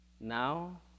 now